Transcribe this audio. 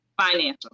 financial